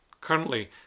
Currently